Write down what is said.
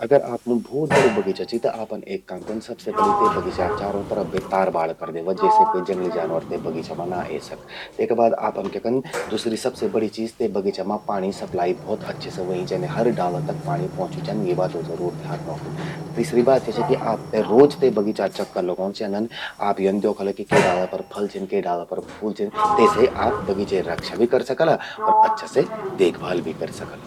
अगर आपमूं भोत बड़ू बगीचा चि, त आपन एक काम कन्न सबसे पलि ते बगीचा चारों तरफ तार बाड़ करि द्यवा, जेसे क्वो जंगली जानवर ते बगीच मां ना ए सक। तेका बाद आपन क्य कन्न, जुसरी सबसे बड़ि चीज, ते बगीचा मां पाणी सप्लाई भौत अच्छा से व्हंयीं चेंदि। हर डाला तक पाणि पौच्यूं चेंद, यीं बातो जरूर ध्यान रौखण। तिसरी बात या चि कि आपते रोज ते बगीचा चक्कर लगौंण चेंदन। आप यन द्योखला कि के डाला पर फल छिन, के डाला पर फूल छिन। तेसे आप बगीचे रक्षा भी करि सकला और अच्छा से देखभाल भी करि सकला।